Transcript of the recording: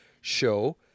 show